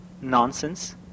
nonsense